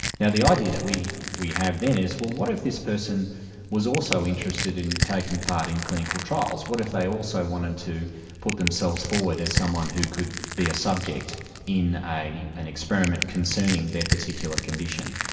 now the idea that we we have then is, well what if this person was also interested in taking part in clinical trials? what if they also wanted to put themselves forward as someone who could be a subject in an experiment concerning their particular condition?